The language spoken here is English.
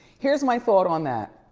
here's my thought on that.